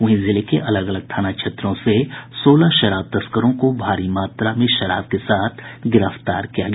वहीं जिले के अलग अलग थाना क्षेत्रों से सोलह शराब तस्करों को भारी मात्रा में शराब के साथ गिरफ्तार किया गया